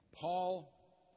Paul